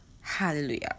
hallelujah